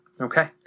Okay